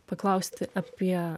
paklausti apie